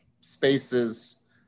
spaces